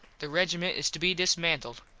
the regiment is to be dismantled.